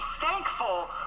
thankful